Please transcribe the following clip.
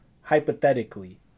hypothetically